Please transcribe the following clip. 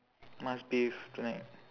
must bathe tonight